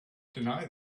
deny